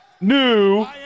New